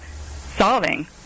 solving